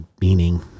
meaning